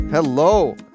Hello